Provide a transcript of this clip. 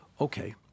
okay